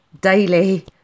Daily